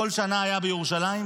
שכל שנה היה בירושלים?